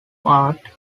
art